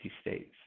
states